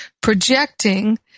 projecting